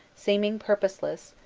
seeming pur poseless,